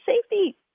safety